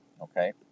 okay